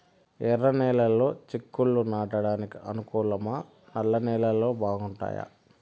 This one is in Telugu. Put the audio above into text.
ఎర్రనేలలు చిక్కుళ్లు నాటడానికి అనుకూలమా నల్ల నేలలు బాగుంటాయా